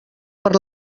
per